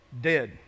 dead